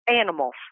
animals